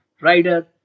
rider